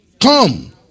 Come